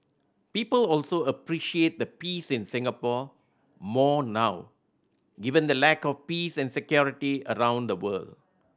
people also appreciate the peace in Singapore more now given the lack of peace and security around the world